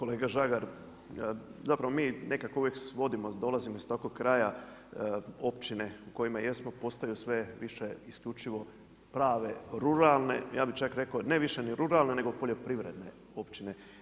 Kolega Žagar, zapravo mi nekako uvijek svodimo, dolazimo iz takovog kraja općine u kojima jesno, postaju sve više isključivo prave ruralne, ja bi čak rekao ne više ni ruralne nego poljoprivredne općine.